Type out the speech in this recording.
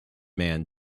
man